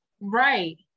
Right